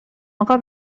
اقا